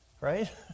Right